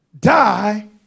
die